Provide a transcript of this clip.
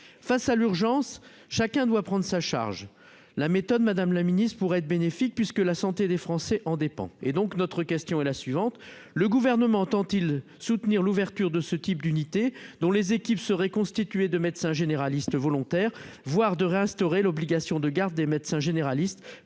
face à l'urgence, chacun doit prendre sa charge la méthode Madame la Ministre, pourrait être bénéfique puisque la santé des Français en dépend, et donc notre question est la suivante : le gouvernement entend-il soutenir l'ouverture de ce type d'unité dont les équipes seraient constituée de médecins généralistes volontaires, voire de réinstaurer l'obligation de garde des médecins généralistes